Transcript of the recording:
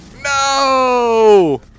No